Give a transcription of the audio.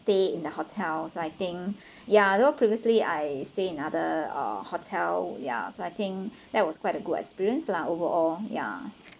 stay in the hotel so I think ya though previously I stay in other uh hotel ya so I think that was quite a good experience lah overall ya